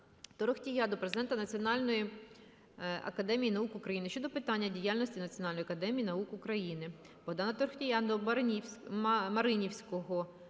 Торохтія до Президента Національної академії наук України щодо питань діяльності Національної академії наук України.